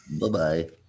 Bye-bye